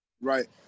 right